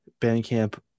Bandcamp